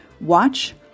Watch